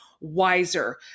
wiser